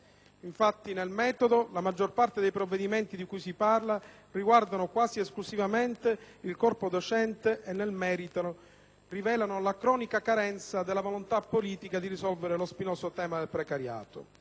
Infatti, nel metodo, la maggior parte dei provvedimenti di cui si parla riguardano quasi esclusivamente il corpo docente e nel merito rivelano la cronica carenza della volontà politica di risolvere lo spinoso tema del precariato.